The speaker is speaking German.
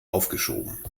aufgeschoben